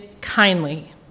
kindly